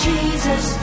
Jesus